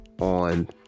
on